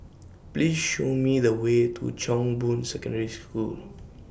Please Show Me The Way to Chong Boon Secondary School